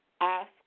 ask